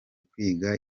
kwiga